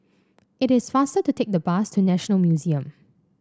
it is faster to take the bus to National Museum